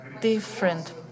different